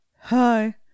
hi